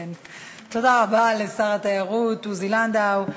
תודה רבה לשר התיירות עוזי לנדאו.